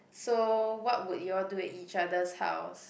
so what would you all do at each other's house